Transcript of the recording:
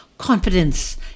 confidence